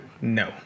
No